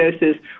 doses